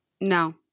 no